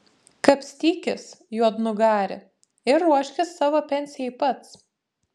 kapstykis juodnugari ir ruoškis savo pensijai pats